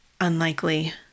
Unlikely